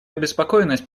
обеспокоенность